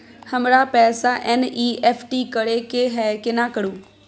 हमरा पैसा एन.ई.एफ.टी करे के है केना करू?